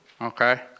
okay